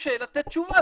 קשה לתת תשובה.